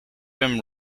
him